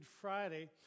Friday